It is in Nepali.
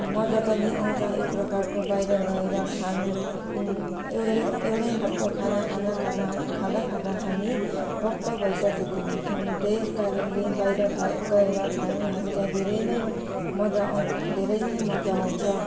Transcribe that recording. मज्जा पनि आउँछ एक प्रकारको बाहिर गएर खानु एउटै एउटै हातको खाना खाँदा खाँदा खाँदा खाँदा हामी वाक्क भइसकेको हुन्छछौँ त्यहीकारणले बाहिर गएर खानु हामीलाई धेरै नै मज्जा आउँछ धेरै नै मज्जा आउँछ